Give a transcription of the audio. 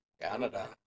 Canada